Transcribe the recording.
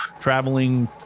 traveling